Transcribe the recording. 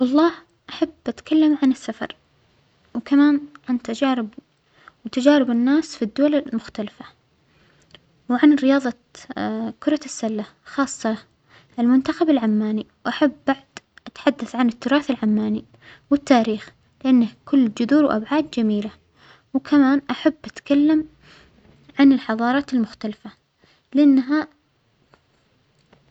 والله أحب أتكلم عن السفر، وكمان عن تجارب-تجارب الناس في الدول المختلفة، وعن رياظة كرة السلة خاصة المنتخب العماني، أحب بعد أتحدث عن التراث العماني والتاريخ لأن كل جذوره أوعات جميلة، وكمان أحب أتكلم عن الحظارات المختلفة لأنها.